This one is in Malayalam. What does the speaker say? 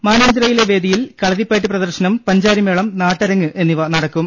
മാനാഞ്ചിറയിലെ വേദിയിൽ കളരിപ്പയറ്റ് പ്രദർശനം പഞ്ചാരിമേളം നാട്ടരങ്ങ് എന്നിവ നടക്കും